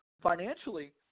financially